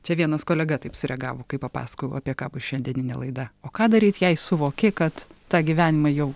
čia vienas kolega taip sureagavo kai papasakojau apie ką bus šiandieninė laida o ką daryt jei suvoki kad tą gyvenimą jau